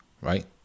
right